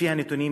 לפי הנתונים,